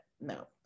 no